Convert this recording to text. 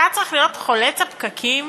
אתה צריך להיות חולץ הפקקים